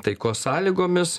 taikos sąlygomis